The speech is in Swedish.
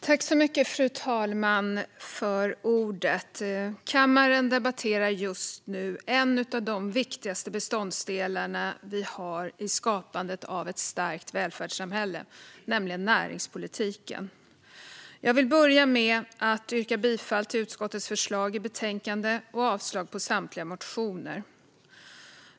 Fru talman! I kammaren debatterar vi nu en av de viktigaste beståndsdelarna i skapandet av ett starkt välfärdssamhälle, nämligen näringspolitiken. Jag vill börja med att yrka bifall till utskottets förslag i betänkandet och avslag på samtliga motioner.